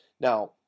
Now